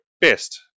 best